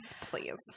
Please